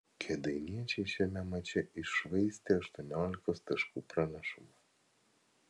kėdainiečiai šiame mače iššvaistė aštuoniolikos taškų pranašumą